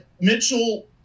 Mitchell